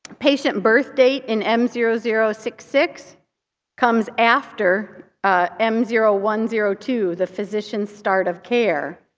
patient birth date in m zero zero six six comes after ah m zero one zero two the physician start of care,